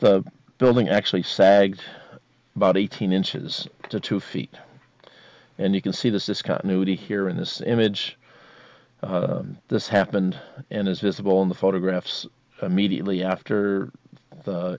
the building actually sags about eighteen inches to two feet and you can see this discontinuity here in this image this happened and is visible in the photographs immediately after the